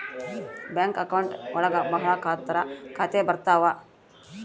bank account ಒಳಗ ಭಾಳ ತರ ಖಾತೆ ಬರ್ತಾವ್